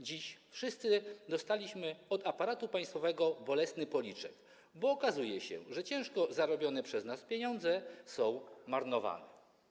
Dziś wszyscy dostaliśmy od aparatu państwowego bolesny policzek, bo okazuje się, że ciężko zarobione przez nas pieniądze są marnowane.